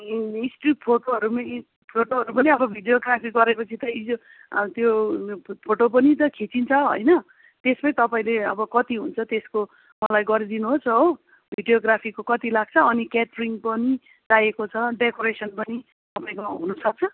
ए still फोटोहरू पनि still फोटोहरू पनि अब भिडियोग्राफी गरे पछि त यी यो त्यो फोटो पनि त खिचिन्छ होइन त्यसमै तपाईँले अब कति हुन्छ त्यसको मलाई गरिदिनुहोस् हो भिडियोग्राफीको कति लाग्छ अनि क्याटरिङ पनि चाहिएको छ डेकोरेसन पनि तपाईँकोमा हुनुसक्छ